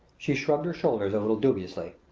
she shrugged her shoulders a little dubiously.